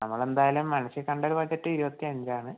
നമ്മളെന്തായാലും മനസ്സിൽ കണ്ട ഒരു ബഡ്ജറ്റ് ഇരുപത്തിയഞ്ചാണ്